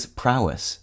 prowess